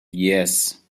yes